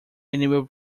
enable